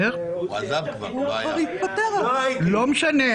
לא הייתי.